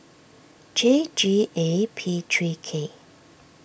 J G A P three K